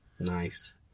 Nice